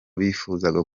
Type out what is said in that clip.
bifuzaga